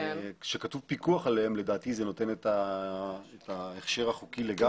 כשכתוב פיקוח עליהם לדעתי זה נותן את ההקשר החוקי לגמרי.